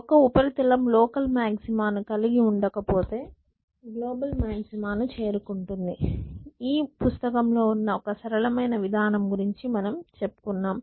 ఒక ఉపరితలం local maxima ను కలిగి ఉండకపోతే గ్లోబల్ మాగ్జిమా ను చేరుకుంటాము ఈ పుస్తకంలో ఉన్న ఒక సరళమైన విధానం గురించి మనం చెప్పుకున్నాం